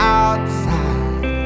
outside